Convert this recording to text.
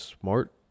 smart